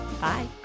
Bye